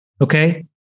Okay